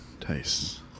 tastes